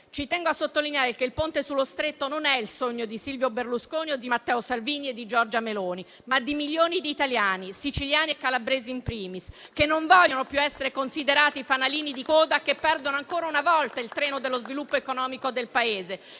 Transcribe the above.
Ci tengo a sottolineare che il Ponte sullo Stretto è il sogno non di Silvio Berlusconi, di Matteo Salvini, o di Giorgia Meloni, ma di milioni di italiani, siciliani e calabresi *in primis*, che non vogliono più essere considerati fanalini di coda; che perdono ancora una volta il treno dello sviluppo economico del Paese;